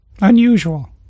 unusual